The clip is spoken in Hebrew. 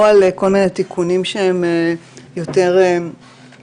או על כל מיני תיקונים שהם יותר לנוסחים